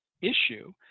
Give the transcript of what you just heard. issue